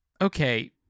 okay